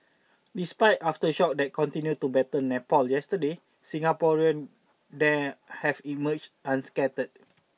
despite aftershocks that continued to batter Nepal yesterday Singaporean there have emerged unscathed